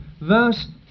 verse